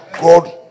God